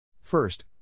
First